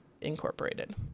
Incorporated